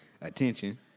attention –